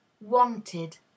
wanted